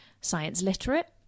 science-literate